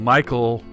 Michael